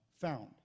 found